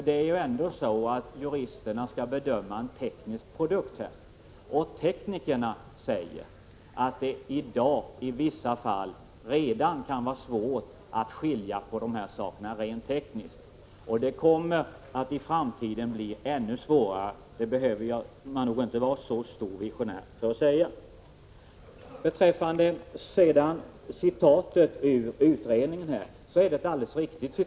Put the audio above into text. Det är ju ändå så att juristerna här skall bedöma en teknisk produkt, och teknikerna säger att det redan i dag i vissa fall kan vara svårt att skilja mellan program och mönster rent tekniskt. Det kommer i framtiden att bli ännu svårare — det behöver man nog inte vara särskilt stor visionär för att säga. Citatet ur utredningsbetänkandet är alldeles riktigt.